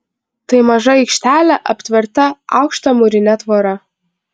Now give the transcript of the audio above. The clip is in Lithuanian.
tai maža aikštelė aptverta aukšta mūrine tvora